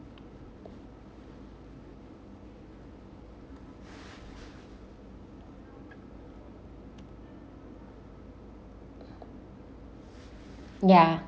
ya